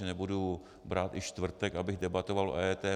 Nebudu brát i čtvrtek, abych debatoval o EET.